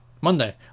Monday